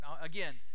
again